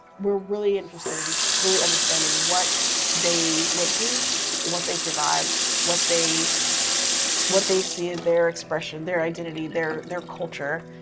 we're really interested in really understanding what they went, through and what they survived, what they what they see as their expression, their identity, their their culture,